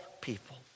people